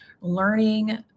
learning